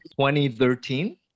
2013